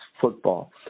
football